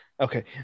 Okay